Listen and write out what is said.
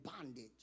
bondage